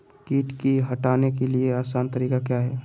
किट की हटाने के ली आसान तरीका क्या है?